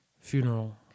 funeral